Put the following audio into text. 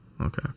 Okay